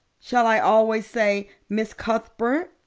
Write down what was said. shall i always say miss cuthbert?